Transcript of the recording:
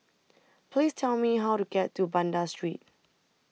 Please Tell Me How to get to Banda Street